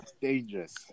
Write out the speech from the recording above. dangerous